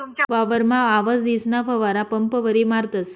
वावरमा आवसदीसना फवारा पंपवरी मारतस